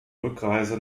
rückreise